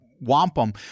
wampum